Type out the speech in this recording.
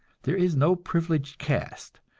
there is no privileged caste,